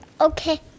Okay